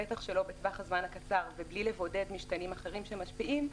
בטח שלא בטווח הזמן הקצר ובלי לבודד משתנים אחרים שמשפיעים,